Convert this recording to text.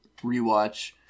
rewatch